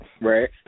Right